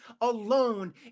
alone